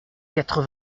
quatre